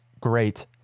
great